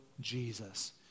Jesus